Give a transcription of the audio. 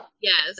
Yes